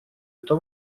это